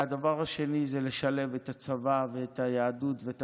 והדבר השני זה לשלב את הצבא ואת היהדות ואת